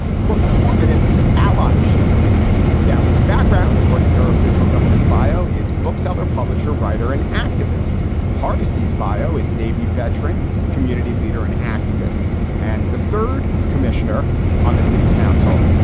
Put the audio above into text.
performative allies ship ude ali's background, according to her official government bio. is bookseller, publisher, writer and activist hardest? bio is navy veteran, community leader and activist and the third commissioner on the city council.